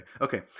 Okay